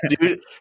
Dude